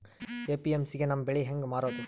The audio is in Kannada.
ಎ.ಪಿ.ಎಮ್.ಸಿ ಗೆ ನಮ್ಮ ಬೆಳಿ ಹೆಂಗ ಮಾರೊದ?